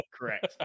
Correct